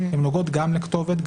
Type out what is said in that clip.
הן נוגעות גם לכתובת,